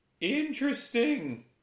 Interesting